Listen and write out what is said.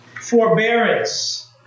forbearance